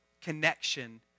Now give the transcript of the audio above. connection